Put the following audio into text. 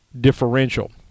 differential